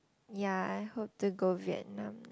ya I hope to go Vietnam